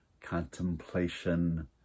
contemplation